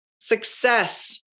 success